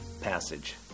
passage